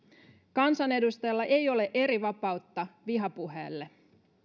kansanedustajalla ei ole erivapautta vihapuheelle